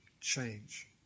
change